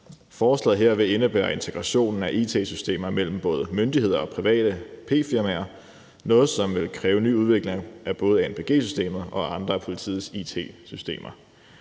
Forslaget her vil indebære integrationen af it-systemer mellem både myndigheder og private p-firmaer, altså noget, som vil kræve ny udvikling af både anpg-systemet og andre af politiets it-systemer.